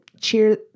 cheer